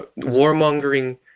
warmongering